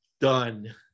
done